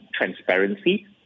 transparency